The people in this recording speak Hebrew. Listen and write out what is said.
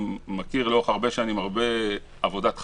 מכיר לאורך הרבה שנים הרבה עבודת חקיקה,